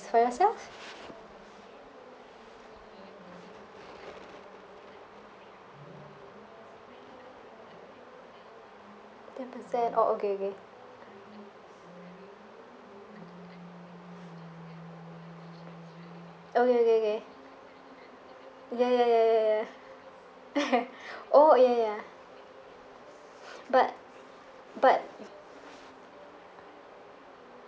for yourself ten percent oh okay okay okay okay okay ya ya ya ya ya oh ya ya but but